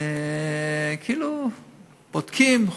כאילו בודקים,